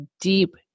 deep